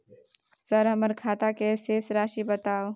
Sir हमर खाता के शेस राशि बताउ?